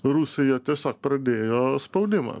rusija tiesiog pradėjo spaudimą